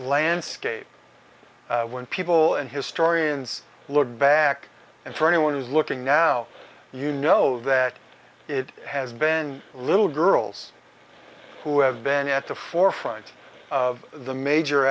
landscape when people and historians look back and for anyone who is looking now you know that it has been a little girl's who have been at the forefront of the major